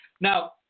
Now